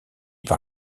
par